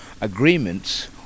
agreements